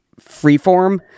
freeform